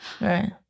Right